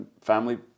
family